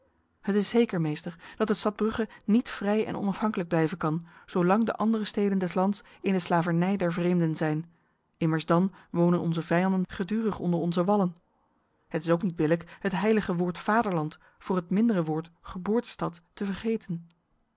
het is zeker meester dat de stad brugge niet vrij en onafhankelijk blijven kan zolang de andere steden des lands in de slavernij der vreemden zijn immers dan wonen onze vijanden gedurig onder onze wallen het is ook niet billijk het heilige woord vaderland voor het mindere woord geboortestad te vergeten